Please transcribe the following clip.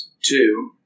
Two